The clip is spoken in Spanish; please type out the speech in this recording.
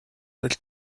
del